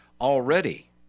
Already